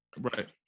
Right